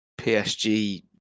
PSG